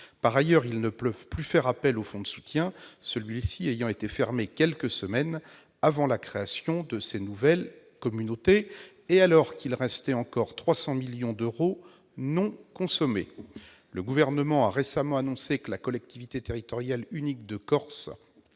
Par ailleurs, ils ne peuvent plus faire appel au fonds de soutien, celui-ci ayant été fermé quelques semaines avant la création de ces nouvelles communautés, et alors qu'il restait encore 300 millions d'euros non consommés. Le Gouvernement a récemment annoncé :« la collectivité territoriale unique de Corse